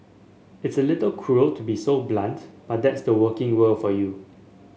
it's a little cruel to be so blunt but that's the working world for you